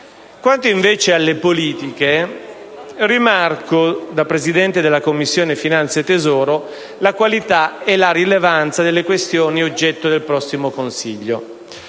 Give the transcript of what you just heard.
Quanto invece alle politiche, rimarco, da presidente della Commissione finanze e tesoro, la qualità e la rilevanza delle questioni oggetto del prossimo Consiglio.